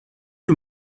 you